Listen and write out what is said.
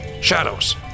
Shadows